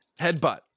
Headbutt